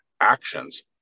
actions